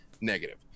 Negative